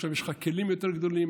עכשיו יש לך כלים יותר גדולים,